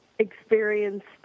experienced